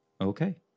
Okay